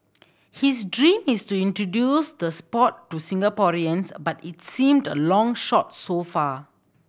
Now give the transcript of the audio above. his dream is to introduce the sport to Singaporeans but it seemed a long shot so far